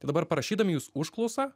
tai dabar prašydami jūs užklausą